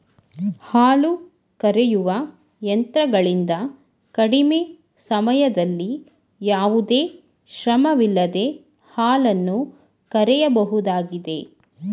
ಹಾಲು ಕರೆಯುವ ಯಂತ್ರಗಳಿಂದ ಕಡಿಮೆ ಸಮಯದಲ್ಲಿ ಯಾವುದೇ ಶ್ರಮವಿಲ್ಲದೆ ಹಾಲನ್ನು ಕರೆಯಬಹುದಾಗಿದೆ